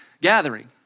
gathering